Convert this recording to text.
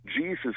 Jesus